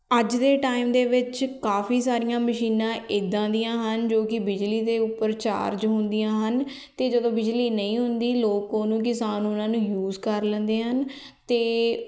ਅੱਜ ਦੇ ਟਾਈਮ ਦੇ ਵਿੱਚ ਕਾਫੀ ਸਾਰੀਆਂ ਮਸ਼ੀਨਾਂ ਇੱਦਾਂ ਦੀਆਂ ਹਨ ਜੋ ਕਿ ਬਿਜਲੀ ਦੇ ਉੱਪਰ ਚਾਰਜ ਹੁੰਦੀਆਂ ਹਨ ਅਤੇ ਜਦੋਂ ਬਿਜਲੀ ਨਹੀਂ ਹੁੰਦੀ ਲੋਕ ਉਹਨੂੰ ਕਿਸਾਨ ਉਹਨਾਂ ਨੂੰ ਯੂਸ ਕਰ ਲੈਂਦੇ ਹਨ ਅਤੇ